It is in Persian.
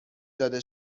داده